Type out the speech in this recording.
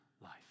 life